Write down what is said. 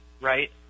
right